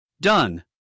Done